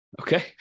Okay